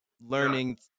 Learning